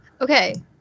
Okay